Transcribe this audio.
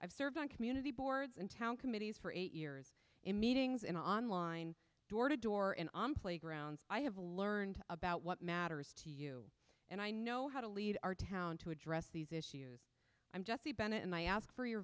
i've served on community boards in town committees for eight years in meetings and online door to door and on playgrounds i have learned about what matters to you and i know how to lead our town to address these issues i'm jesse bennett and i ask for your